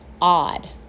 odd